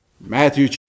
Matthew